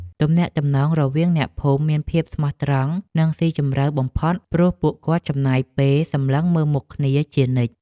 ទំនាក់ទំនងរវាងអ្នកភូមិមានភាពស្មោះត្រង់ និងស៊ីជម្រៅបំផុតព្រោះពួកគាត់ចំណាយពេលសម្លឹងមើលមុខគ្នាជានិច្ច។